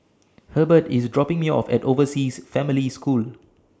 Hurbert IS dropping Me off At Overseas Family School